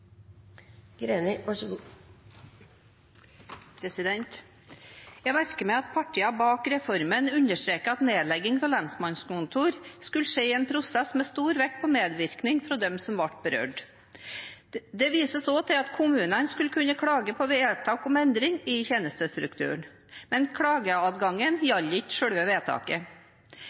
Jeg merker meg at partiene bak reformen understreker at nedlegging av lensmannskontor skulle skje i en prosess med stor vekt på medvirkning fra dem som ble berørt. Det vises også til at kommunene skulle kunne klage på vedtak om endring i tjenestestrukturen. Men klageadgangen gjaldt ikke selve vedtaket.